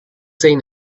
seen